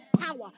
power